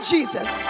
Jesus